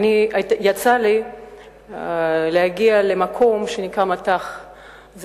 יצא לי להגיע למקום שנקרא מט"ח,